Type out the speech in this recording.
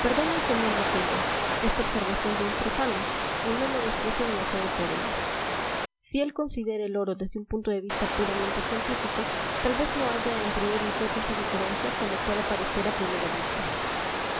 perdone el sr botella esta observación de un profano y no me desprecie demasiado por ella si él considera el oro desde un punto de vista puramente científico tal vez no haya entre él y yo tanta diferencia como pueda parecer a primera vista